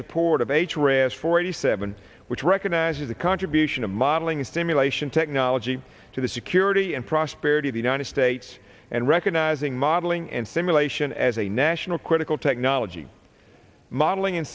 rast forty seven which recognizes the contribution of modeling and simulation technology to the security and prosperity of the united states and recognizing modeling and simulation as a national critical technology modeling and